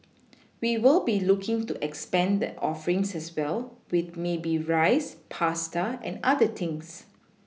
we will be looking to expand the offerings as well with maybe rice pasta and other things